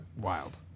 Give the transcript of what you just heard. Wild